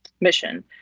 mission